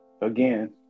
again